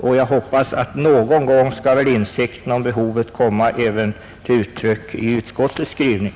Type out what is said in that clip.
Och jag hoppas att någon gång skall väl insikten om behovet härvidlag komma till uttryck även i utskottets skrivning.